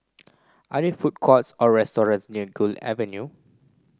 are there food courts or restaurants near Gul Avenue